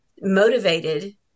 motivated